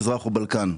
מזרח ובלקן.